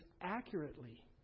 accurately